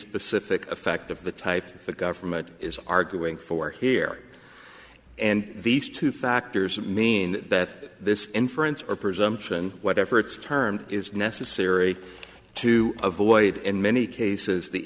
the effect of the type of the government is arguing for here and these two factors mean that this inference or presumption whatever its term is necessary to avoid in many cases the